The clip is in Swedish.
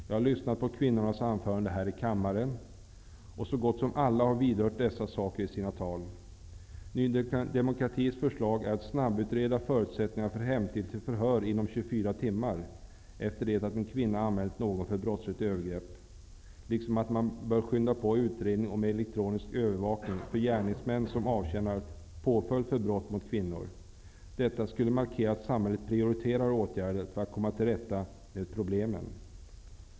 Jag har lyssnat på kvinnornas anföranden här i kammaren, och så gott som alla har vidrört dessa saker i sina tal. Ny demokratis förslag är att snabbutreda förutsättningarna för hämtning till förhör inom 24 timmar efter det att en kvinna anmält någon för brottsligt övergrepp liksom att man bör skynda på utredningen om elektronisk övervakning för gärningsmän som avtjänar påföljd för brott mot kvinnor. Detta skulle markera att samhället prioriterar åtgärder för att komma till rätta med problemen.